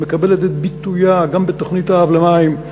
שמקבלת את ביטויה גם בתוכנית האב למים,